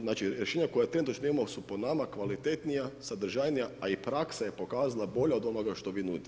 Znači rješenja koja trenutačno imamo su po nama kvalitetnija, sadržajnija, a i praksa je pokazala bolja od onoga što vi nudite.